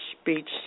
speech